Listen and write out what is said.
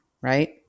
Right